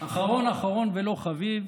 אחרון אחרון ולא חביב